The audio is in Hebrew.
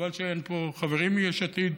חבל שאין פה חברים מיש עתיד.